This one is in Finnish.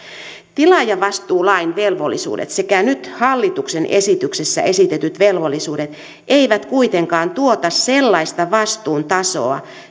tilaajavastuulain velvollisuudet sekä nyt hallituksen esityksessä esitetyt velvollisuudet eivät kuitenkaan tuota sellaista vastuun tasoa